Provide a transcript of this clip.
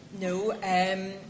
no